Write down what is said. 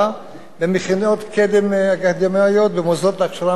במכינות קדם-אקדמיות, במוסדות להכשרה מקצועיות,